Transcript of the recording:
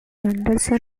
anderson